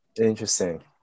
Interesting